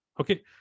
okay